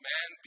Man